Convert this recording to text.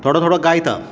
थोडो थोडो गायता